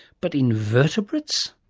but invertebrates?